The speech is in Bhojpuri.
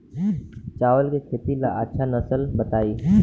चावल के खेती ला अच्छा नस्ल बताई?